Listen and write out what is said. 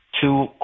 two